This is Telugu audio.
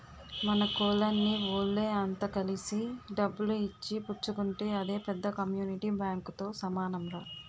మన కోలనీ వోళ్ళె అంత కలిసి డబ్బులు ఇచ్చి పుచ్చుకుంటే అదే పెద్ద కమ్యూనిటీ బాంకుతో సమానంరా